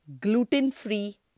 gluten-free